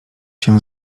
się